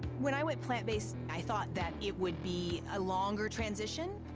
when i went plant-based, i thought that it would be a longer transition,